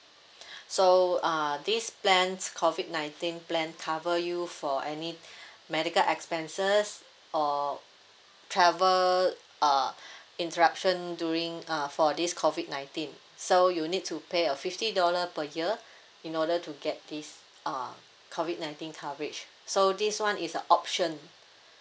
so uh this plan COVID nineteen plan cover you for any medical expenses or travel uh interruption during uh for this COVID nineteen so you need to pay uh fifty dollar per year in order to get this uh COVID nineteen coverage so this [one] is an option